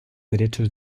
derechos